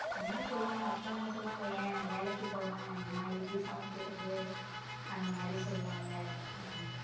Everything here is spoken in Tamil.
அம்மா செய்வாங்க அப்பா என்ன சொல்வாங்க ஏன் வேலைக்கு போகிறேன் நான் எப்படி சமைக்கிறது அந்த மாதிரி சொல்லுவாங்க ம்